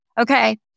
Okay